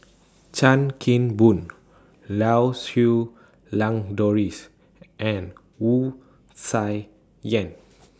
Chan Kim Boon Lau Siew Lang Doris and Wu Tsai Yen